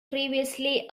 previously